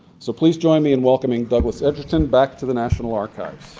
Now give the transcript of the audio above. so please join me in welcoming douglas egerton back to the national archives.